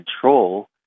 control